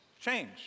change